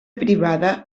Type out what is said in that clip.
privada